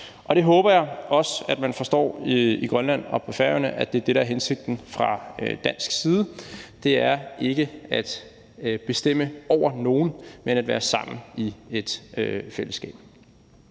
Det håber jeg også man forstår i Grønland og på Færøerne. Det er det, der er hensigten fra dansk side, nemlig ikke at bestemme over nogen, men at være sammen i et fællesskab.